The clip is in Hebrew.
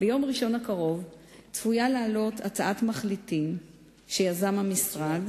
ביום ראשון הקרוב צפויה לעלות הצעת מחליטים שיזם המשרד